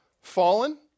fallen